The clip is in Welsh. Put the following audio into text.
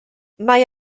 mae